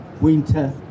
winter